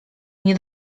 nie